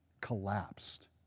collapsed